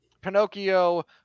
Pinocchio